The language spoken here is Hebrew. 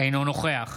אינו נוכח